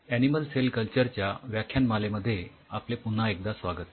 animal cell culture च्या व्याख्यानमालेमध्ये आपले पुन्हा एकदा स्वागत